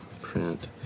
print